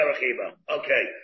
Okay